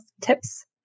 tips